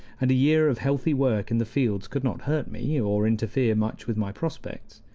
and a year of healthy work in the fields could not hurt me, or interfere much with my prospects.